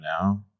now